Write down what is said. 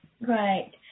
Right